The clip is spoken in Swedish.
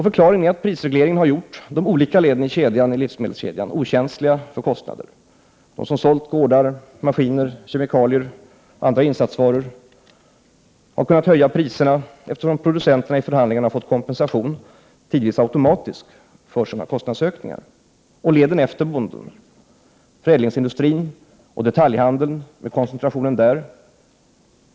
Förklaringen är att prisregleringen har gjort de olika leden i livsmedelskedjan okänsliga för kostnader. De som sålt gårdar, 45 maskiner, kemikalier och andra insatsvaror har kunnat höja priserna, eftersom producenterna vid förhandlingarna tidvis har fått automatisk kompensation för sina kostnadsökningar. Detsamma gäller för leden efter bonden, dvs. förädlingsindustrin och detaljhandeln med dess koncentration.